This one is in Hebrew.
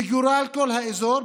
בגורל כל האזור.